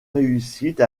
réussite